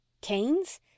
Canes